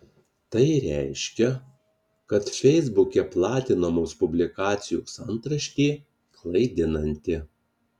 tai reiškia kad feisbuke platinamos publikacijos antraštė klaidinanti